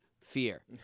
fear